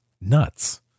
nuts